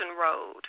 Road